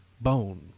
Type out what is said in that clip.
bone